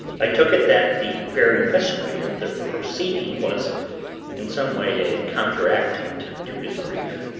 i took it that the very mystery of the proceeding was in some way a counteractant to his grief.